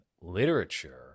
literature